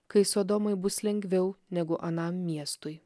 kai sodomui bus lengviau negu anam miestui